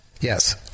Yes